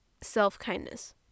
self-kindness